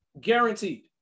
Guaranteed